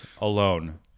alone